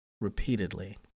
repeatedly